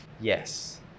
yes